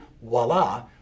voila